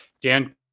Dan